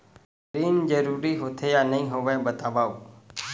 ऋण जरूरी होथे या नहीं होवाए बतावव?